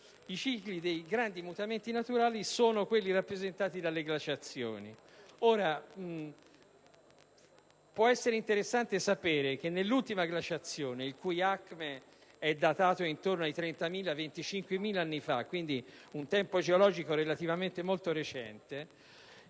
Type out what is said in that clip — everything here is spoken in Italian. I cicli dei grandi mutamenti naturali sono quelli rappresentati dalle glaciazioni. Può essere interessante sapere che, nell'ultima glaciazione, il cui acme è datato intorno a 30.000-25.000 anni fa, quindi un tempo geologico relativamente molto recente,